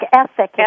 ethic